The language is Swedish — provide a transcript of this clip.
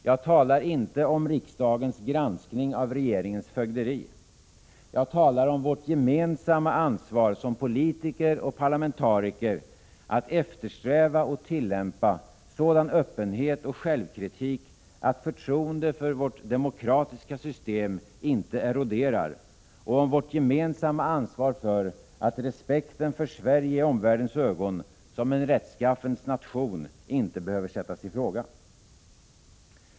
Jag talar inte om riksdagens granskning av regeringens fögderi. Jag talar om vårt gemensamma ansvar som politiker och parlamentariker att eftersträva och tillämpa sådan öppenhet och självkritik att förtroendet för vårt demokratiska system inte eroderar och om vårt gemensamma ansvar för att respekten för Sverige i omvärldens ögon som en rättskaffens nation inte behöver sättas i fråga.